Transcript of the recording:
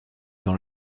dans